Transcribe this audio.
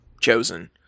chosen